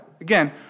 Again